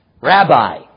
rabbi